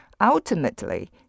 ultimately